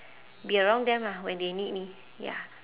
be around them lah when they need me ya